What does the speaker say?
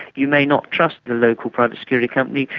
you may not trust the local private security company,